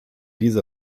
diese